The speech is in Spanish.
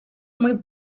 muy